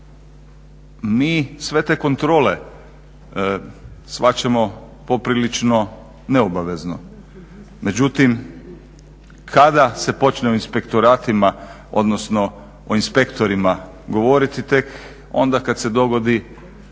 Mi sve te kontrole shvaćamo poprilično neobavezno, međutim kada se počne o inspektoratima odnosno o inspektorima govoriti, tek onda kad se dogodi